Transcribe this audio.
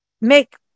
make